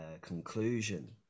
conclusion